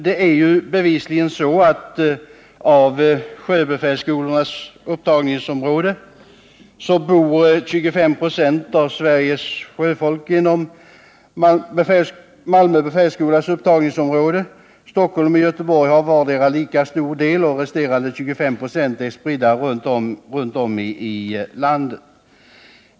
Det är bevisligen så att ca 25 96 av Sveriges sjöfolk bor inom Malmö sjöbefälsskolas upptagningsområde. Stockholm och Göteborg har vardera lika stor del, och resterande 25 96 är spridda runt om i landet.